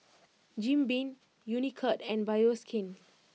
Jim Beam Unicurd and Bioskin